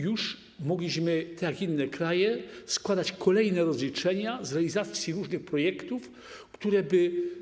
Już mogliśmy, tak jak inne kraje, składać kolejne rozliczenia z realizacji różnych projektów, które by mogły.